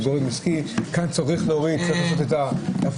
כן צריך להוריד את...